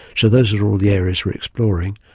so those are all the areas we are exploring.